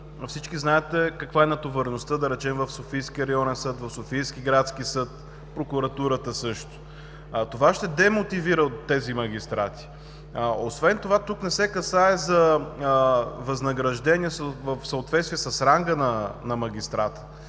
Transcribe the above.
всички знаете каква е натовареността, да речем, в Софийския районен съд, в Софийския градски съд, в прокуратурата също, това ще демотивира тези магистрати. Освен това тук не се касае за възнаграждение в съответствие с ранга на магистрата.